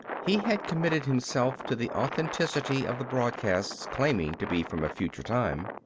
he had committed himself to the authenticity of the broadcasts claiming to be from a future time.